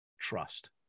trust